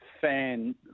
fan